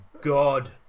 God